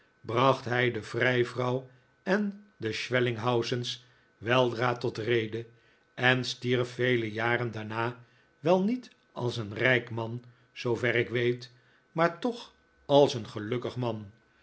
bracht hij de vrijvrouw en de schwellinghausen's weldra tot rede en stierf vele jaren daarna wel niet als een rijk man zoover ik weet maar toch als een gelukkig man